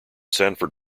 sanford